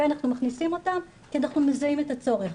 אנחנו מכניסים אותם כי אנחנו מזהים את הצורך,